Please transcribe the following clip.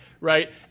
right